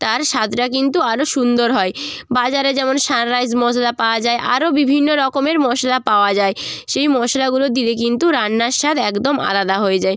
তার স্বাদটা কিন্তু আরও সুন্দর হয় বাজারে যেমন সানরাইজ মশলা পাওয়া যায় আরও বিভিন্ন রকমের মশলা পাওয়া যায় সেই মশলাগুলো দিলে কিন্তু রান্নার স্বাদ একদম আলাদা হয়ে যায়